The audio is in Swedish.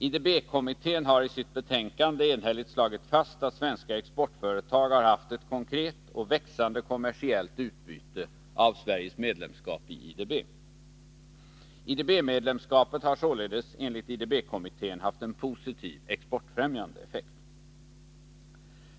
IDB-kommittén har i sitt betänkande enhälligt slagit fast att svenska exportföretag har haft ett konkret och växande kommersiellt utbyte av Sveriges medlemskap i IDB. IDB-medlemskapet har således enligt IDB-kommittén haft en positiv exportfrämjande effekt.